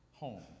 home